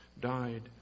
died